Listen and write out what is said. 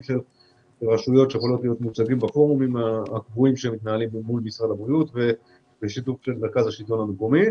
עם רשויות מול משרד הבריאות ובשיתוף מרכז השלטון המקומי.